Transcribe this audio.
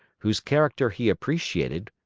whose character he appreciated,